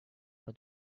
for